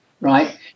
right